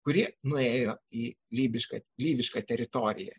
kuri nuėjo į lybišką lyvišką teritoriją